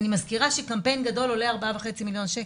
אני מזכירה שקמפיין גדול עולה 4.5 מיליון שקל.